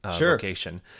location